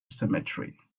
cemetery